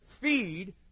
Feed